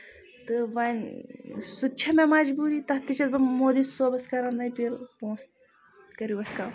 تہٕ وۄنۍ سُہ تہِ چھےٚ مےٚ مَجبوٗرِ تَتھ تہِ چھَس بہٕ مولوی صٲبَس کران اپیٖل پونسہٕ کٔریو اَسہِ کَم